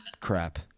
crap